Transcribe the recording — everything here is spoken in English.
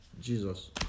Jesus